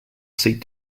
seat